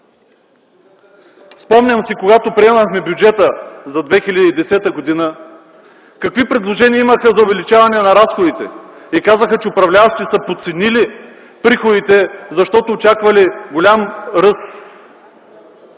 Спомням си, когато приемахме бюджета за 2010 г., какви предложения имаха за увеличаване на разходите и казаха, че управляващите са подценили приходите, защото очаквали голям ръст